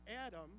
Adam